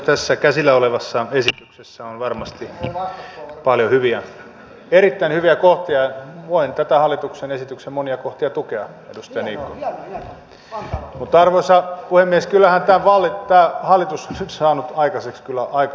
tässä käsillä olevassa esityksessä on varmasti paljon hyviä erittäin hyviä kohtia voin tämän hallituksen esityksen monia kohtia tukea edustaja niikko mutta arvoisa puhemies kyllähän tämä hallitus on saanut aikaiseksi aikamoisen vaalisotkun